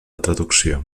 traducció